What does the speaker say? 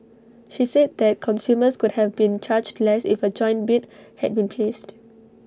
she said that consumers could have been charged less if A joint bid had been placed